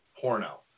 porno